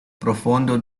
profondo